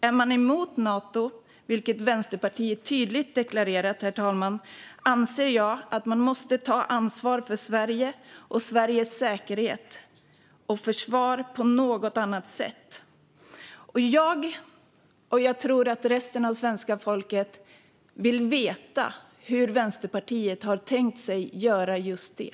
Är man emot Nato, vilket Vänsterpartiet tydligt deklarerat, herr talman, anser jag att man måste ta ansvar för Sverige och Sveriges säkerhet och försvar på något annat sätt. Jag och resten av svenska folket, tror jag, vill veta hur Vänsterpartiet har tänkt göra det.